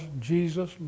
Jesus